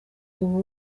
ubu